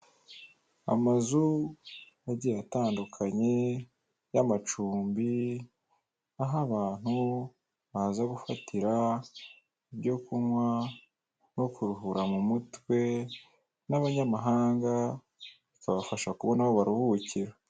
Amazu agiye atandukanye y'amacumbi, aho abantu baza gufatira ibyo kunywa no kuruhura mu mutwe n'abanyamahanga bikabafasha kubona aho baruhukira.